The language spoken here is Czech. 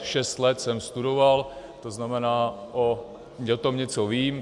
Šest let jsem studoval, tzn. o tom něco vím.